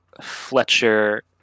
Fletcher